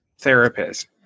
therapist